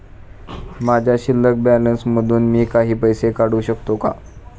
माझ्या शिल्लक बॅलन्स मधून मी काही पैसे काढू शकतो का?